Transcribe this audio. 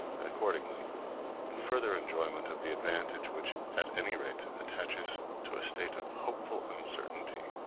and accordingly in further enjoyment of the advantage which at any rate attaches to a state of hopeful uncertainty,